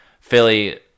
philly